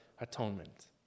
atonement